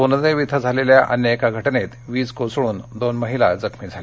सोनदेव इथं झालेल्या अन्य एका घटनेत वीज कोसळून दोन महिला जखमी झाल्या